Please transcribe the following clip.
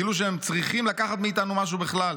כאילו שהם צריכים לקחת מאיתנו משהו בכלל.